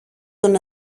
τον